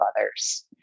others